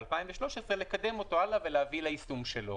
ב-2013 להביא ליישום שלו.